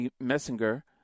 Messinger